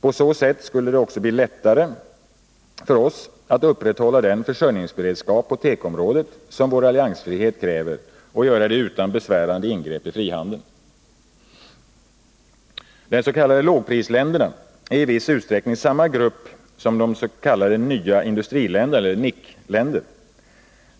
På så sätt skulle det också bli lättare för oss att upprätthålla den försörjningsberedskap på tekoområdet som vår alliansfrihet kräver och göra det utan besvärande ingrepp i frihandeln. De s.k. lågprisländerna är i viss utsträckning samma grupp som de s.k. nya industriländerna, NIC.